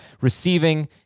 receiving